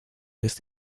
jest